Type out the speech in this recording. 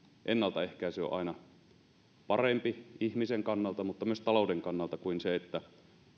ennaltaehkäisy on ihmisen kannalta mutta myös talouden kannalta aina parempi kuin se että